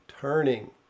turning